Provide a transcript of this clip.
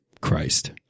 Christ